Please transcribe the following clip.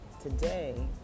today